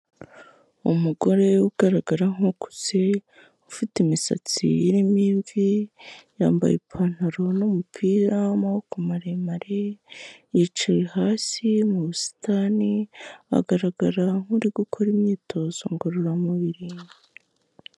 Umugore ugaragara nk'ukuze ufite imisatsi irimo imvi yambaye ipantaro n'umupira wamaboko maremare, yicaye hasi mu busitani agaragara nk'uri gukora imyitozo ngororamubiri.